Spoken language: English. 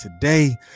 today